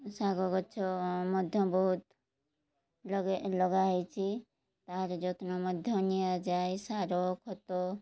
ଶାଗ ଗଛ ମଧ୍ୟ ବହୁତ ଲଗାହେଇଛି ତାହାର ଯତ୍ନ ମଧ୍ୟ ନିଆଯାଏ ସାର ଖତ